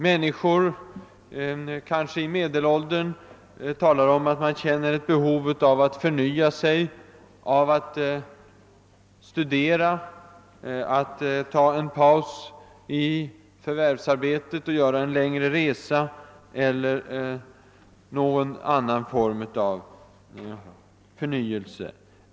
Människor, kanske särskilt i medelåldern, talar om att de känner ett behov av att studera, av att ta en paus i förvärvsarbetet för att göra en längre studieresa eller känner behov av någon annan form av förnyelse.